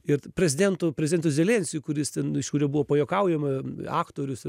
ir prezidentu prezidentu zelenskiu kuris ten iš kurio buvo pajuokaujama aktorius